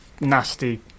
nasty